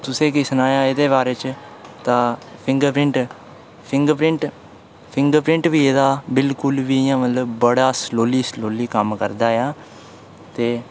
तुसेंगी सनाया एह्दे बारै च तां फिंगरप्रिंट फिंगरप्रिंट फिंगरप्रिंट बी एह्दा बिल्कुल बी इं'या मतलब बड़ा स्लोअली स्लोअली कम्म करदा ऐ ते